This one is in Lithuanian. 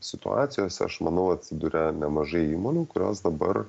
situacijose aš manau atsiduria nemažai įmonių kurios dabar